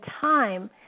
time